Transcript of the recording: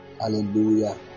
Hallelujah